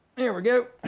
here we go.